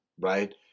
right